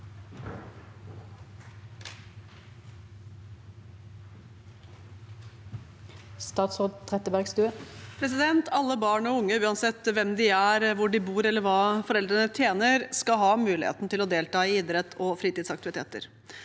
Alle barn og unge, uansett hvem de er, hvor de bor, eller hva foreldrene tjener, skal ha mulighet til å delta i idrettsog fritidsaktiviteter.